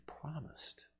promised